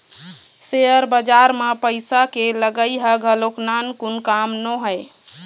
share बजार म पइसा के लगई ह घलोक नानमून काम नोहय